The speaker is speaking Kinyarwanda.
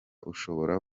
ushobora